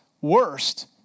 worst